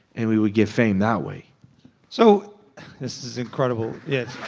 and we would get fame that way so this is incredible, yes.